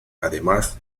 además